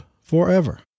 forever